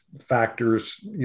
factors